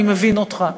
אני מבין אותך",